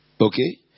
Okay